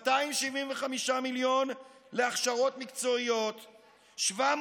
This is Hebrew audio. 275 מיליון שקל להכשרות מקצועיות; 700